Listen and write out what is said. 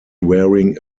wearing